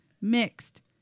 Mixed